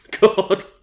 God